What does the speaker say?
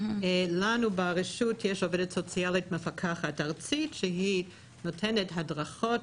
לנו ברשות יש עובדת סוציאלית מפקחת ארצית שנותנת הדרכות